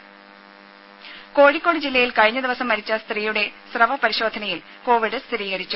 രുമ കോഴിക്കോട് ജില്ലയിൽ കഴിഞ്ഞ ദിവസം മരിച്ച സ്ത്രീയുടെ സ്രവ പരിശോധനയിൽ കോവിഡ് സ്ഥിരീകരിച്ചു